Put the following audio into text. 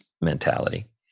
mentality